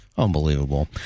Unbelievable